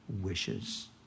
wishes